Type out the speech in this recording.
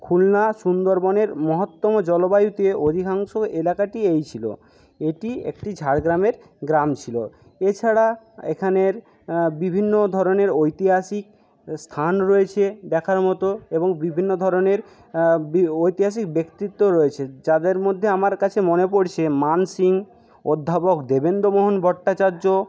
খুলনা সুন্দরবনের মহত্তম জলবায়ুতে অধিকাংশ এলাকাটি এই ছিলো এটি একটি ঝাড়গ্রামের গ্রাম ছিলো এছাড়া এখানের বিভিন্ন ধরণের ঐতিহাসিক স্থান রয়েছে দেখার মতো এবং বিভিন্ন ধরণের ঐতিহাসিক ব্যক্তিত্ব রয়েছে যাদের মধ্যে আমার কাছে মনে পড়ছে মানসিং অধ্যাপক দেবেন্দমোহন ভট্টাচার্য